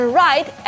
right